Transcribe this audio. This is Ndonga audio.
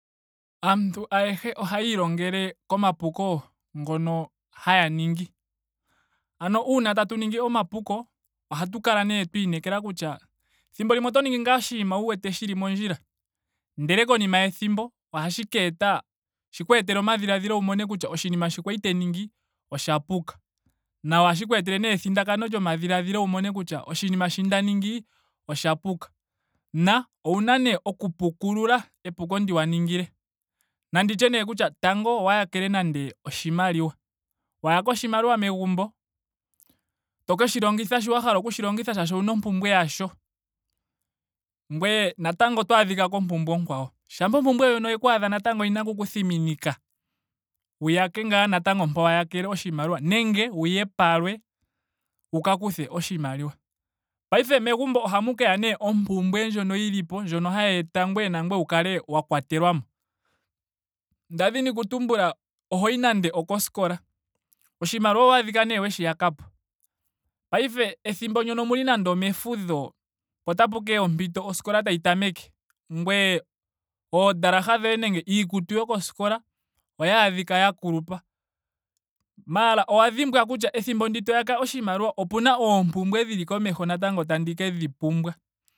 Aantu ayehe ohaya ilongele komapuko ngono haya ningi. Ano uuna tatu ningi omapuko ohatau kala nee twa inekela kutya thimbo limwe oto ningi ngaa oshinima wu wete shili mondjila. ndele konima yethimbo ohashi ka eta shi ku etele omadhiladhilo wu mone kutya oshinima shi kwali nda ningi osha puka. na owuna nee oku pukulula epuko ndi wa ningile. Nandi tye nee kutya tango owa yakele nando oshimaliwa. wa yaka oshimaliwa megumbo. to keshi longitha sho wa hala oku shi longitha shaashi owuna ompumbwe yasho. Ngweye natango oto adhika kompumbwe onkwawo. shampa ompumbwe ndjono yeku adha natango oyina oku ku thiminika wu yake ngaa natango mpa wa yakele oshimaliwa nenge wuye palwe wu ka kuthe oshimaliwa. Paife megumbo ohamu keya nee ompumbwe ndjono yilipo. ndjono hayi eta ngweye nangweye wu kale wa kwatelwamo. Nda dhini oku tumbula ohoyi nande okoskola. oshimaliwa owaadhika nee weshi yaka po. paife ethimbo ndyono omuli nando omefudho mpo ota keya ompito oskola tayi tameke. ngweye oondalaha dhoye nenge iikutu yokoskola oyaadhika ya kulupa. maara owa dhimbwa kutya ethimbo ndi to yaka oshimaliwa opena oompumbwe dhili komeho natango tandi ke dhi pumbwa.